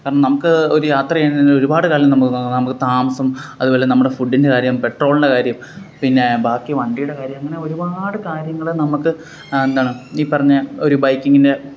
കാരണം നമുക്ക് ഒര് യാത്ര ചെയ്യുന്നതിന് ഒരുപാട് കാലം നമുക്ക് നോക്കണം നമക്ക് താമസം അതുപോലെ നമ്മുടെ ഫുഡ്ഡിന്റെ കാര്യം പെട്രോളിന്റെ കാര്യം പിന്നെ ബാക്കി വണ്ടിയുടെ കാര്യം അങ്ങനൊരുപാട് കാര്യങ്ങള് നമുക്ക് എന്താണ് ഈ പറഞ്ഞ ഒരു ബൈക്കിങ്ങിന്